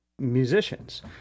musicians